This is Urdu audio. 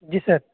جی سر